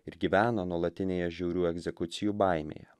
ir gyveno nuolatinėje žiaurių egzekucijų baimėje